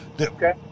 Okay